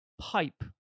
pipe